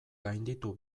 gainditu